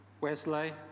Wesley